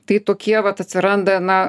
tai tokie vat atsiranda na